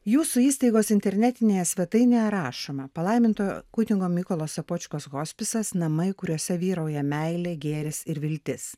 jūsų įstaigos internetinėje svetainėje rašoma palaimintojo kunigo mykolo sopočkos hospisas namai kuriuose vyrauja meilė gėris ir viltis